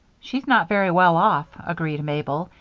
she's not very well off, agreed mabel,